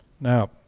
Now